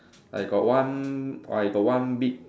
I got one I got one big